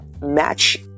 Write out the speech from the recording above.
match